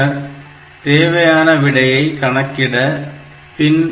பின்னர் தேவையான விடையை கணக்கிட்ட பின் P2